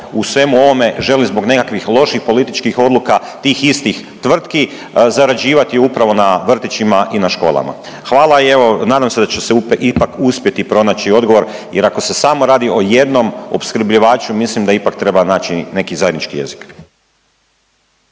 u svemu ovome želi zbog nekakvih loših političkih odluka, tih istih tvrtki zarađivati upravo na vrtićima i na školama. Hvala i evo nadam se da će ipak uspjeti pronaći odgovor, jer ako se samo radi o jednom opskrbljivaču mislim da ipak treba naći neki zajednički jezik.